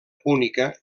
púnica